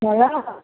hello